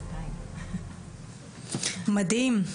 מדהים,